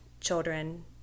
children